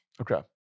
Okay